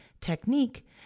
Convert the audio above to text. technique